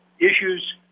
issues